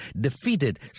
defeated